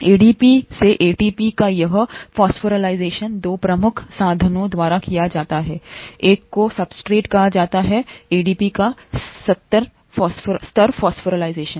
ADP से ATP का यह फॉस्फोराइलेशन 2 प्रमुख साधनों द्वारा किया जाता हैएक को सब्सट्रेट कहा जाता है ADP का स्तर फॉस्फोराइलेशन